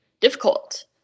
difficult